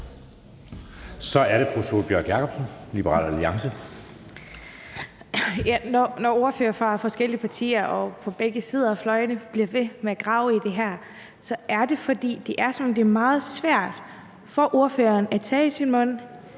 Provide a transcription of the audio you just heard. Kl. 22:03 Sólbjørg Jakobsen (LA): Når ordførere fra forskellige partier på begge sider af fløjene bliver ved med at grave i det her, er det, fordi det er, som om det er meget svært for ordføreren at tage i sin mund,